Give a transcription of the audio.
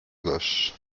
gauche